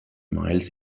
miles